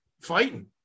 fighting